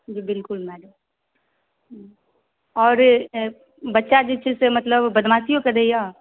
जी बिलकुल मैडम ह्म्म आओर बच्चा जे छै से मतलब बदमासियो करैए